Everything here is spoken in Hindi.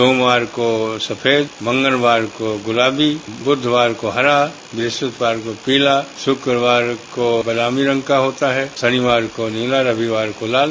सोमवार को सफेद मंगलवार को गुलाबी बुधवार को हरा ब्रहस्पतिवार को पीला शुक्रवार को बदामी रंग का होता है शनिवार को नीला रविवार को लाल